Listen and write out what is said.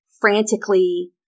frantically